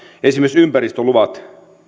esimerkiksi ympäristöluvat